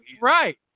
Right